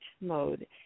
mode